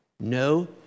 No